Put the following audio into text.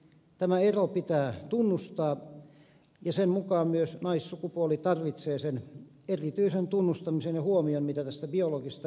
tämä ero pitää tunnustaa ja sen mukaan myös naissukupuoli tarvitsee sen erityisen tunnustamisen ja huomion mitä tästä biologisesta erosta johtuu